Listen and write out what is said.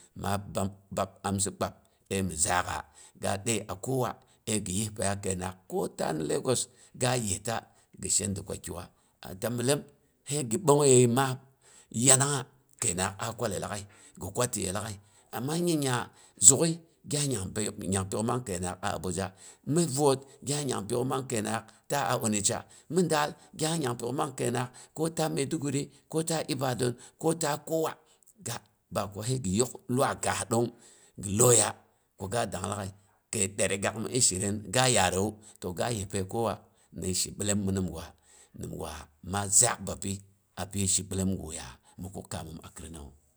Ma bam bab amsi kpanb ai mi zaghah, ga ɗei a kowa ai ghi yispaiya kai nanghak ko ta ni lagos ga a yista ghi shenda ku kiwa. A te myellem sai ghi ɓongyeh ma yanangha kainnaghak a kwallai laaghai ghi kwa ti yeh laaghai, amma nyiya zughih gya nyang piyok mang kai nanghak a abuja mhi voot gya nyang pyok mang kai nang hak ta a onitsha, mhi daal gya nyang pyok mang kainanghak ko ta maiduguri, ko ta ibadan ko ta kowa. Ga ba ko sai ghi yok luwayi kaah ɗong ghi loya ku ga dang laghai- kai dari gaak mi ishirin ga yaraiwu to ga yih pai kowa ni shi ɓellem mi nimgwa, nimgwa ma zaagh bapi api shi ɓellem gu ya mi kuk kammom a khinnawu.